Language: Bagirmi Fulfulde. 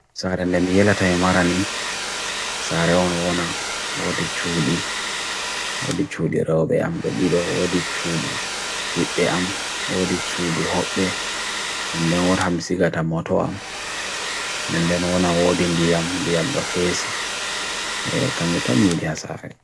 Sa garendem yeh leta yemara ni, sa garendem ona odi chudi, odi chudi raweb e ambedi do, odi chudi pip e am, odi chudi hokbe, nne ona hamsi gata moto am, nne ona odin di yam, di yam do fezi, kanye uta media sarre.